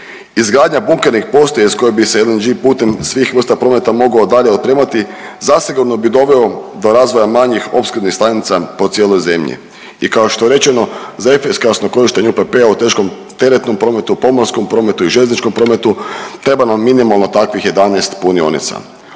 Izgradnja bunkernih postaja iz koje bi se LNG putem svih vrsta prometa mogao dalje otpremati zasigurno bi doveo do razvoja manjih opskrbnih stanica po cijeloj zemlji i kao što je rečeno za efikasno korištenje UPP-a u teškom teretnom prometu, pomorskom prometu i željezničkom prometu treba nam minimalno takvih 11 punionica.